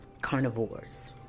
carnivores